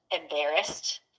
embarrassed